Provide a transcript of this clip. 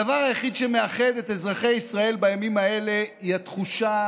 הדבר היחיד שמאחד את אזרחי ישראל בימים האלה הוא התחושה